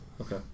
Okay